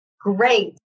Great